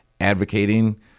advocating